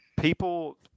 people